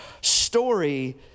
story